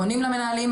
פונים למנהלים,